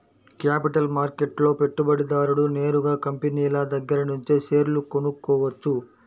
capital మార్కెట్లో పెట్టుబడిదారుడు నేరుగా కంపినీల దగ్గరనుంచే షేర్లు కొనుక్కోవచ్చు